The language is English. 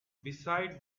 besides